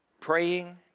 praying